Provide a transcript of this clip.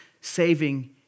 saving